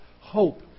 hope